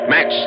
Max